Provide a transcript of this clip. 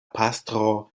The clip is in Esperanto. pastro